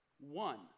one